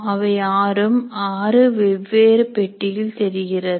அவை ஆறும் ஆறு வெவ்வேறு பெட்டியில் தெரிகிறது